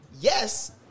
yes